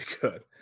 good